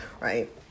right